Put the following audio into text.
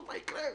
מה יקרה,